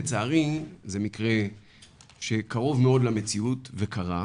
לצערי זה מקרה שקרוב מאוד למציאות וקרה.